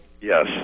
Yes